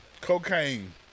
cocaine